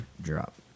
drop